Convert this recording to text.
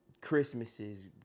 Christmases